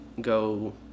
go